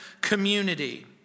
community